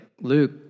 Luke